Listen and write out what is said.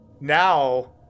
Now